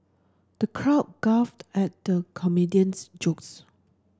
the crowd guffawed at the comedian's jokes